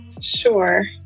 Sure